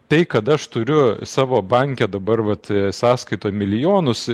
tai kad aš turiu savo banke dabar vat sąskaitoj milijonus